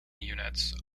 units